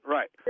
Right